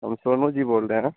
हम सोनू जी बोल रहे हैं